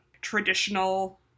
traditional